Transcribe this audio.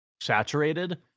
saturated